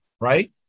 right